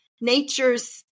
nature's